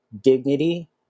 dignity